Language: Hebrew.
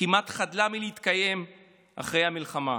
כמעט חדלה מלהתקיים אחרי המלחמה.